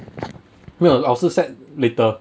没有老师 set later